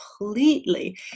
completely